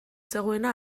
zegoena